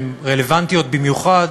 הן רלוונטיות במיוחד